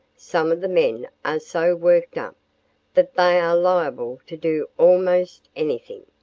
some of the men are so worked up that they are liable to do almost anything.